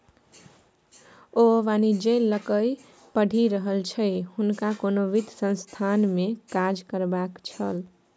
ओ वाणिज्य लकए पढ़ि रहल छल हुनका कोनो वित्त संस्थानमे काज करबाक छल